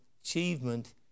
achievement